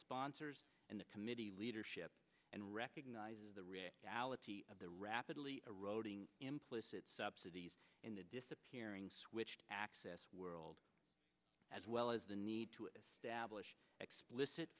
sponsors and the committee leadership and recognizes the reality of the rapidly eroding implicit subsidies in the disappearing switched access world as well as the need to establish explicit